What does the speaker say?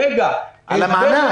על המענק?